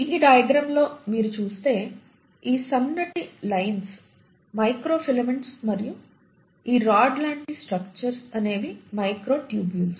ఈ డైయాగ్రమ్ లో మీరు చూస్తే ఈ సన్నటి లైన్స్ మైక్రోఫిలమెంట్స్ మరియు ఈ రాడ్ లాంటి స్ట్రక్చర్స్ అనేవి మైక్రోటుబ్యూల్స్